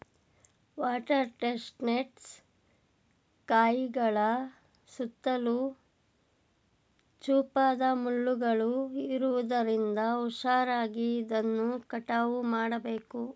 water chestnuts ಕಾಯಿಗಳ ಸುತ್ತಲೂ ಚೂಪಾದ ಮುಳ್ಳುಗಳು ಇರುವುದರಿಂದ ಹುಷಾರಾಗಿ ಇದನ್ನು ಕಟಾವು ಮಾಡಬೇಕು